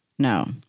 No